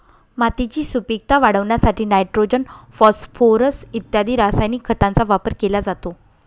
मातीची सुपीकता वाढवण्यासाठी नायट्रोजन, फॉस्फोरस इत्यादी रासायनिक खतांचा वापर केला जातो